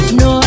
no